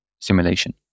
simulation